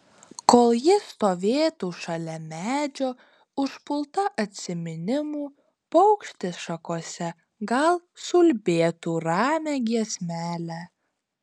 kol ji stovėtų šalia medžio užpulta atsiminimų paukštis šakose gal suulbėtų ramią giesmelę